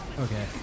Okay